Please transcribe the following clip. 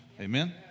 Amen